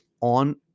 on